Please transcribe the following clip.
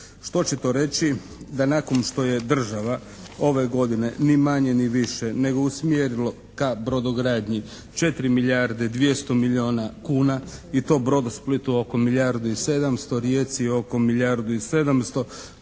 Što će to reći? Da nakon što je država ove godine ni manje ni više nego usmjerilo ka brodogradnji 4 milijarde 200 milijuna kuna i to "Brodosplitu" oko milijardu i 700, Rijeci oko milijardu i 700,